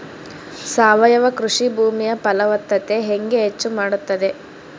ಸಾವಯವ ಕೃಷಿ ಭೂಮಿಯ ಫಲವತ್ತತೆ ಹೆಂಗೆ ಹೆಚ್ಚು ಮಾಡುತ್ತದೆ?